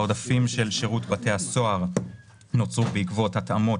העודפים של שירות בתי הסוהר נוצרו בעקבות התאמות